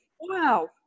wow